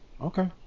Okay